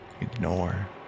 Ignore